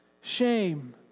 shame